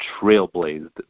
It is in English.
trailblazed